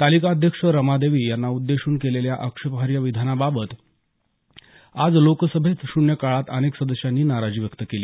तालिका अध्यक्ष रमादेवी यांना उद्देशून केलेल्या आक्षेपार्ह विधानाबाबत आज लोकसभेत शून्य काळात अनेक सदस्यांनी नाराजी व्यक्त केली